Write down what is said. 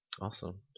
Awesome